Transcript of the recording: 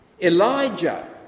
Elijah